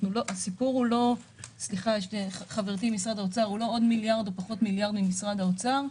זה לא סיפור של עוד מיליארד או פחות מיליארד ממשרד האוצר.